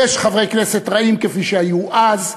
ויש חברי כנסת רעים, כפי שהיו אז.